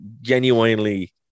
genuinely